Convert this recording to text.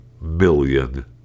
million